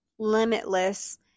limitless